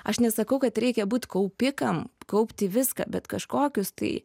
aš nesakau kad reikia būt kaupikam kaupti viską bet kažkokius tai